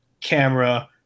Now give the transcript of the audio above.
camera